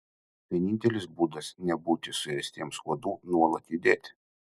vienintelis būdas nebūti suėstiems uodų nuolat judėti